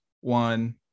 one